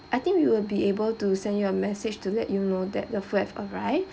I think we will be able to send you a message to let you know that the food have arrived